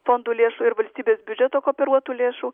fondų lėšų ir valstybės biudžeto kooperuotų lėšų